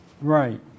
Right